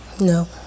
No